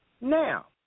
Now